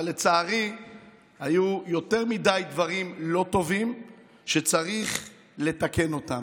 אבל לצערי היו יותר מדי דברים לא טובים שצריך לתקן אותם,